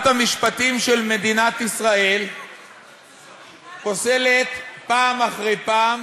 שבו שרת המשפטים של מדינת ישראל פוסלת פעם אחרי פעם